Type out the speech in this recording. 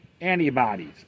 antibodies